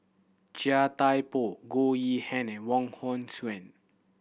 Chia Thye Poh Goh Yihan and Wong Hong Suen